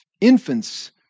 infants